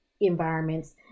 environments